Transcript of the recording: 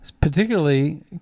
particularly